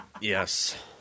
Yes